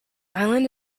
island